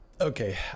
okay